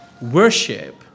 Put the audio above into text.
Worship